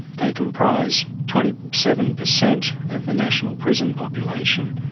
they comprise twenty seven percent of the national prison population.